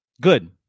good